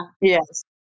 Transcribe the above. Yes